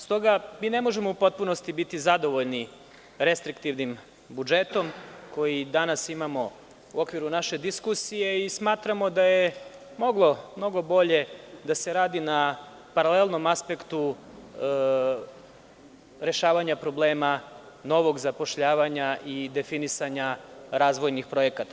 S toga mi ne možemo u potpunosti biti zadovoljni restriktivnim budžetom koji danas imamo u okviru naše diskusije i smatramo da je moglo mnogo bolje da se radi na paralelnom aspektu rešavanja problema novog zapošljavanja i definisana razvojnih projekata.